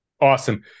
awesome